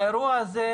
האירוע הזה,